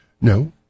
No